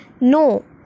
No